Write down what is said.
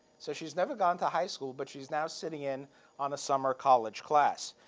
so she's never gone to high school, but she's now sitting in on a summer college class.